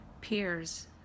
peers